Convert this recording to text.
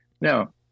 Now